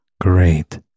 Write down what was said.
Great